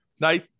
Nice